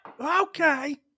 Okay